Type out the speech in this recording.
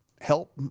help